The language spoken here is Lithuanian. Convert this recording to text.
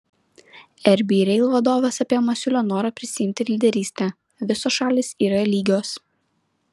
rb rail vadovas apie masiulio norą prisiimti lyderystę visos šalys yra lygios